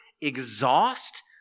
exhaust